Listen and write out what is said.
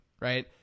right